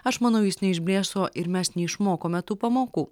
aš manau jis neišblėso ir mes neišmokome tų pamokų